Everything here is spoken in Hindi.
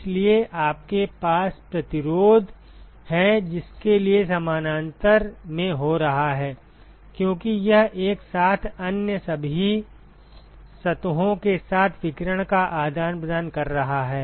इसलिए आपके पास प्रतिरोध है जिसके लिए समानांतर में हो रहा है क्योंकि यह एक साथ अन्य सभी सतहों के साथ विकिरण का आदान प्रदान कर रहा है